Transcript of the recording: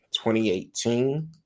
2018